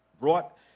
brought